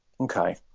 Okay